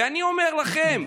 ואני אומר לכם,